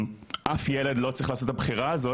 אף ילד לא צריך לעשות את הבחירה הזאת